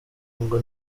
ngo